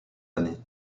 années